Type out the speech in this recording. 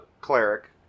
Cleric